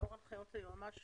לאור הנחיות היועץ